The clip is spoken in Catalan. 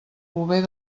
bover